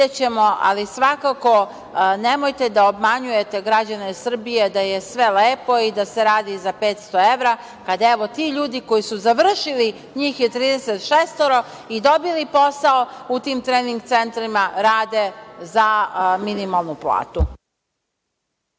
ali svakako nemojte da obmanjujete građane Srbije da je sve lepo i da se radi za 500 evra kada ti ljudi, koji su završili, njih je 36, i dobili posao u tim trening centrima, rade za minimalnu platu.